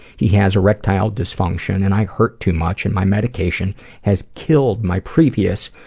he has erectile dysfunction and i hurt too much and my medication has killed my previous,